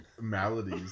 maladies